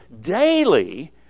daily